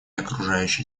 окружающей